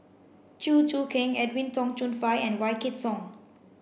Chew Choo Keng Edwin Tong Chun Fai and Wykidd Song